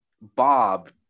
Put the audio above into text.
Bob